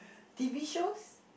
t_v shows